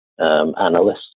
Analysts